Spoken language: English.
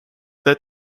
that